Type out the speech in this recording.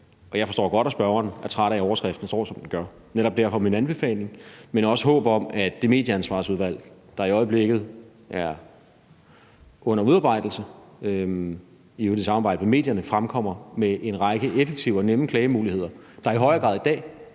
og jeg forstår godt, at spørgeren er træt af, at overskriften står, som den gør. Netop derfor kom jeg med min anbefaling. Men jeg har også et håb om, at Medieansvarsudvalget, der i øjeblikket er under udarbejdelse, i øvrigt i samarbejde med medierne, fremkommer med en række effektive og nemme klagemuligheder, der i højere grad end